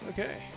Okay